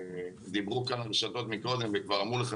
שדיברו כאן הרשתות מקודם וכבר אמרו לך,